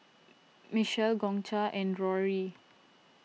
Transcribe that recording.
Michele Concha and Rory